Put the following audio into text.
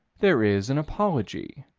there is an apology.